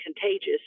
contagious